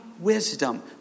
wisdom